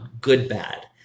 good-bad